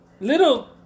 Little